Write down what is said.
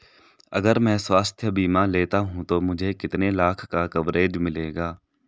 अगर मैं स्वास्थ्य बीमा लेता हूं तो मुझे कितने लाख का कवरेज मिलेगा?